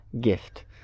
gift